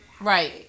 Right